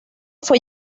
fue